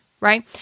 right